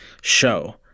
show